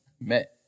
met